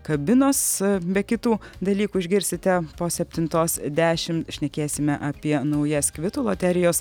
kabinos be kitų dalykų išgirsite po septintos dešimt šnekėsime apie naujas kvitų loterijos